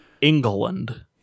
England